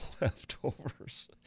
leftovers